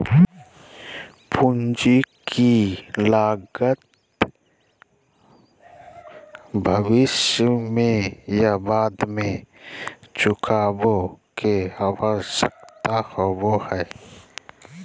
पूंजी की लागत भविष्य में या बाद में चुकावे के आवश्यकता होबय हइ